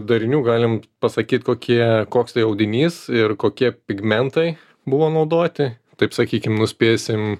darinių galim pasakyt kokie koks tai audinys ir kokie pigmentai buvo naudoti taip sakykim nuspėsim